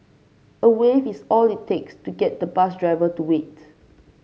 a wave is all it takes to get the bus driver to wait